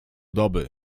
doby